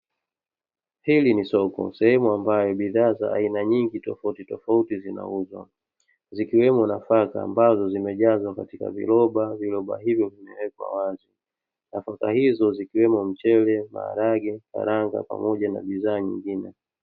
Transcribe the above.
Hili ni soko sehemu ambayo bidhaa za aina nyingi tofautitofauti zinauzwa, zikiwemo nafaka ambazo zimejazwa katika viroba; viroba hivyo vimewekwa wazi. Nafaka hizo zikiwemo: mchele, maharage, karanga pamoja na bidhaa nyingine.